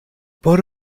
por